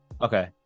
Okay